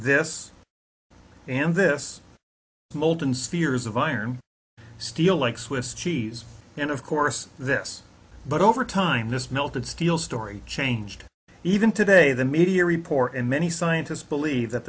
this and this molten steers of iron steel like swiss cheese and of course this but over time this melted steel story changed even today the media report and many scientists believe that